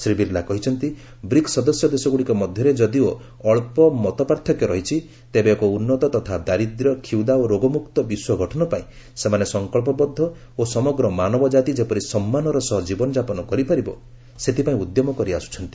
ଶ୍ରୀ ବିର୍ଲା କହିଛନ୍ତି ବ୍ରିକ୍ନ ସଦସ୍ୟ ଦେଶଗୁଡ଼ିକ ମଧ୍ୟରେ ଯଦିଓ ଅଳ୍ପ ମତପାର୍ଥକ୍ୟ ରହିଛି ତେବେ ଏକ ଉନ୍ନତ ତଥା ଦାରିଦ୍ର୍ୟ କ୍ଷୁଧା ଓ ରୋଗମୁକ୍ତ ବିଶ୍ୱ ଗଠନ ପାଇଁ ସେମାନେ ସଂକଳ୍ପବଦ୍ଧ ଓ ସମଗ୍ର ମାନବ ଜାତି ଯେପରି ସମ୍ମାନର ସହ ଜୀବନ ଯାପନ କରିପାରିବ ସେଥିପାଇଁ ଉଦ୍ୟମ କରିଆସ୍ତ୍ରନ୍ତି